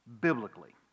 biblically